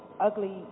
ugly